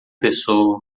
pessoa